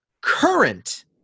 Current